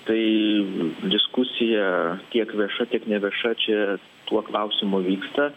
tai diskusija tiek vieša tiek nevieša čia tuo klausimu vyksta